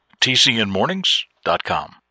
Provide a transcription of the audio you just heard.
tcnmornings.com